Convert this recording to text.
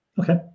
Okay